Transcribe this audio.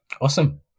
Awesome